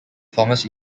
thomas